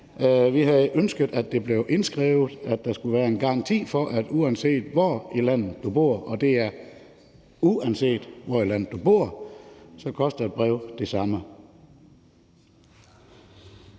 Vi havde ønsket, at det blev indskrevet, at der skulle være en garanti for, at uanset hvor i landet du bor – og det er uanset hvor i landet du bor – koster et brev det samme.